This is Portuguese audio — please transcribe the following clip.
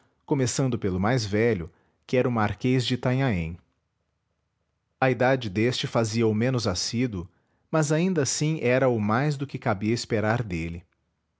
começando pelo mais velho que era o marquês de itanhaém a idade deste fazia-o menos assíduo mas ainda assim era-o mais do que cabia esperar dele